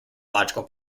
logical